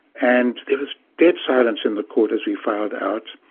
and there was dead silence in the court as we filed out,